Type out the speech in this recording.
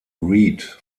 reed